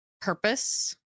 purpose